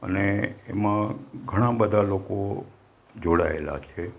અને એમાં ઘણાં બધા લોકો જોડાયેલા છે